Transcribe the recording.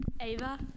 Ava